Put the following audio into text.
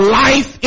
life